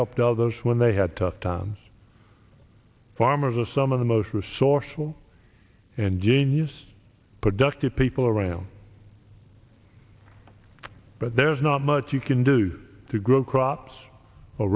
helped others when they had tough times farmers are some of the most resourceful and janey's productive people around but there's not much you can do to grow crops o